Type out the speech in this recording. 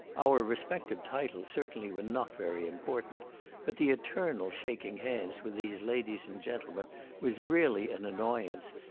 our respective titles certainly were not very important but the eternal shaking hands with these ladies and gentlemen was really an annoyance,